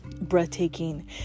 breathtaking